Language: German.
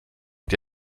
und